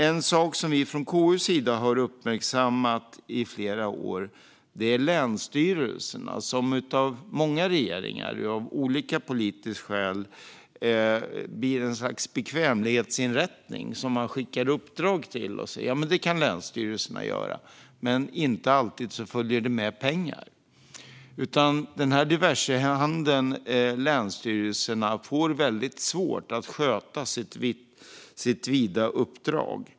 En sak som KU i flera år har uppmärksammat är länsstyrelserna, som av många regeringar och av olika politiska skäl har blivit ett slags bekvämlighetsinrättning som man skickar uppdrag till. Man tänker: Det kan länsstyrelserna göra. Men det följer inte alltid med pengar. Det leder till att den här diversehandeln, länsstyrelserna, får svårt att sköta sitt vida uppdrag.